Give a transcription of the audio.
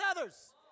others